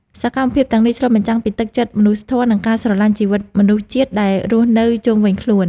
សកម្មភាពទាំងនេះឆ្លុះបញ្ចាំងពីទឹកចិត្តមនុស្សធម៌ និងការស្រឡាញ់ជីវិតមនុស្សជាតិដែលរស់នៅជុំវិញខ្លួន។